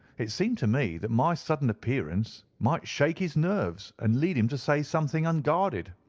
it seemed to me that my sudden appearance might shake his nerves and lead him to say something unguarded.